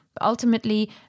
Ultimately